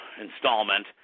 installment